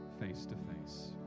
face-to-face